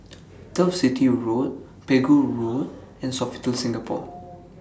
Turf City Road Pegu Road and Sofitel Singapore